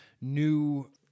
new